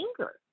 anger